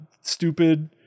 stupid